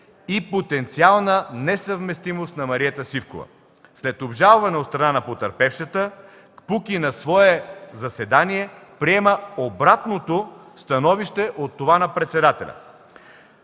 и потенциална несъвместимост на Мариета Сивкова. След обжалване от страна на потърпевшата КПУКИ на свое заседание приема обратно становище от това на председателя,